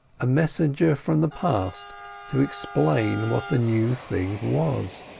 a messenger from the past to explain what the new thing was.